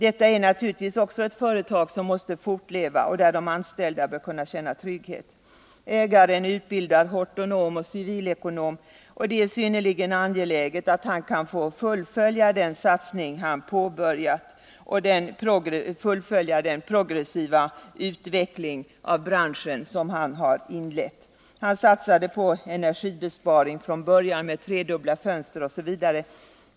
Detta är naturligtvis också ett företag som måste fortleva och där de anställda bör kunna känna trygghet. Ägaren är utbildad hortonom och civilekonom, och det är synnerligen angeläget att han kan få fullfölja den satsning han påbörjat och den progressiva utveckling av branschen som han harinlett. Han satsade på energibesparing från början med tredubbla fönster osv.